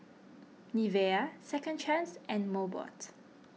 Nivea Second Chance and Mobot